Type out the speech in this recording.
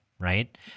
right